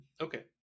okay